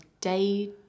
day